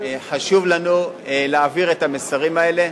חשוב לנו להעביר את המסרים האלה,